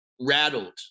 rattled